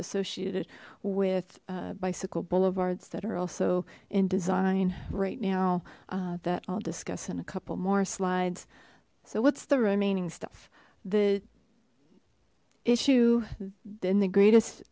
associated with bicycle boulevards that are also in design right now that i'll discuss in a couple more slides so what's the remaining stuff the issue then the